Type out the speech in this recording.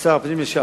שר הפנים לשעבר,